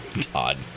Todd